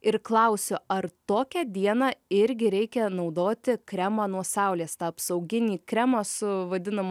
ir klausiu ar tokią dieną irgi reikia naudoti kremą nuo saulės tą apsauginį kremą su vadinamu